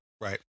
right